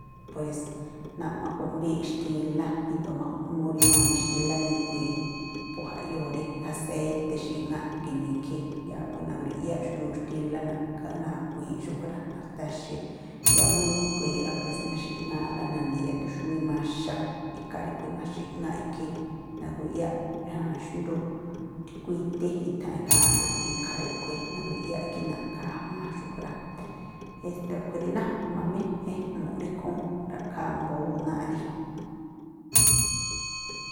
Pues náa̱ꞌ ma̱ju̱ꞌmbíi̱ꞌ xtílá, ríndo̱o ma̱ju̱ꞌ mú rí ma̱ni̱ xtílá nigui̱i̱, po jaꞌyoo rí aséi̱te̱ xi̱ꞌŋáꞌ ginii ikhí, yáá a̱ꞌkhui̱ na̱grui̱ꞌyá xuyuuꞌ xtílá naꞌ nagui̱i̱ꞌ xúꞌkhui̱ rá, na̱rtaxi̱i̱. Yáá mú nigui̱i̱ꞌ rá, pues na̱xi̱ꞌŋáa̱ꞌla na̱ni̱ yaꞌdun xúwíꞌ maxaꞌ, ikhaa ríꞌkhui̱ na̱xi̱ꞌŋáꞌ ikhí. Na̱grui̱ꞌyáꞌ jan xndú, tikuítí i̱tha̱an ikháa̱nꞌxu̱ꞌ, ikhaa ríꞌkhui̱ na̱grui̱ꞌyáꞌ ikhí naꞌga̱a̱ jma̱a xúꞌkhui̱ rá. Este a̱ꞌkhui̱ rí nájma̱ má ejmu̱ꞌ rí ikhúún, ra̱ꞌkhááꞌ mbóó nááꞌ rí.